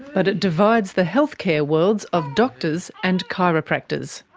but it divides the healthcare worlds of doctors and chiropractors.